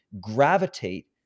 gravitate